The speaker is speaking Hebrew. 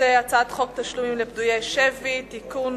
הצעת חוק תשלומים לפדויי שבי (תיקון,